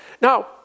Now